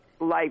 life